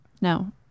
No